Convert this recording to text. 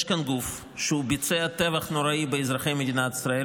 יש כאן גוף שביצע טבח נוראי באזרחי מדינת ישראל,